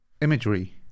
imagery